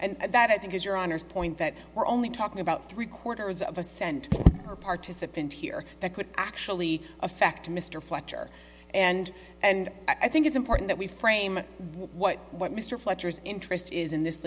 and that i think is your honor's point that we're only talking about three quarters of a cent or participant here that could actually affect mr fletcher and and i think it's important that we frame what what mr fletcher's interest is in this